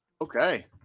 Okay